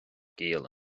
giall